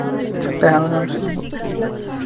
پہلگام چھُس بہٕ